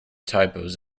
typos